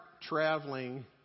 traveling